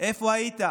איפה היית?